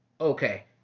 Okay